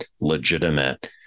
legitimate